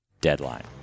Deadline